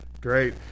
Great